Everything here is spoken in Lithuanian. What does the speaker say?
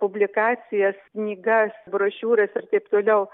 publikacijas knygas brošiūras ir taip toliau